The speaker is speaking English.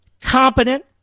competent